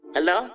Hello